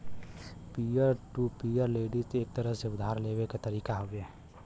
peer to peer lending एक तरह से उधार लेवे क तरीका हउवे